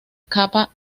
kappa